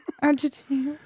Adjective